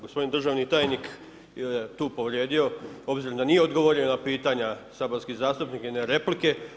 Gospodin državni tajnik je tu povrijedio obzirom da nije odgovorio na pitanja saborskih zastupnika i na replike.